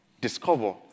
discover